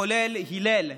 כולל הלל,